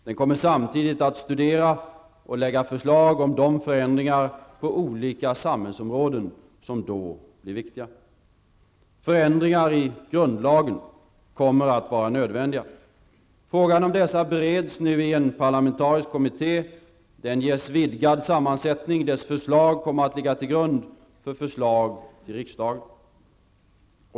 Den kommer samtidigt att studera och lägga fram förslag om de förändringar på olika samhällsområden som då blir viktiga. Förändringar i grundlagen kommer att vara nödvändiga. Frågan om dessa bereds nu i en parlamentarisk kommitté. Denna ges vidgad sammansättning. Dess förslag kommer att ligga till grund för förslag till riksdagen.